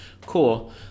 Cool